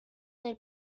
del